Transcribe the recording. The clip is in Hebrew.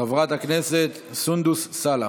חברת הכנסת סונדוס סאלח,